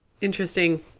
Interesting